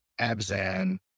Abzan